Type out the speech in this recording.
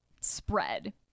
spread